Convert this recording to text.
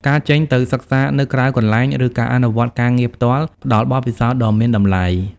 ការចេញទៅសិក្សានៅក្រៅកន្លែង ឬការអនុវត្តការងារផ្ទាល់ ផ្តល់បទពិសោធន៍ដ៏មានតម្លៃ។